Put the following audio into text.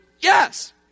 Yes